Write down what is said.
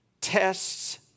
tests